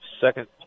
Second